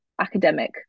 academic